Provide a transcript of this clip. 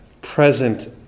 present